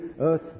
earth